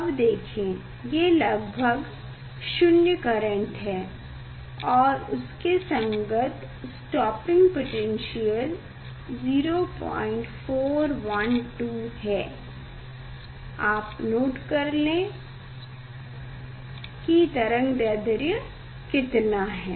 अब देखें ये लगभग 0 करेंट है और उसके संगत स्टॉपिंग पोटैन्श्यल 0412 है आप नोट कर लें की तरंगदैढ्र्य कितना है